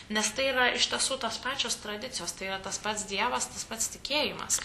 nes tai yra iš tiesų tos pačios tradicijos tai yra tas pats dievas tas pats tikėjimas